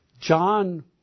John